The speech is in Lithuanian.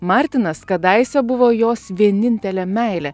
martinas kadaise buvo jos vienintelė meilė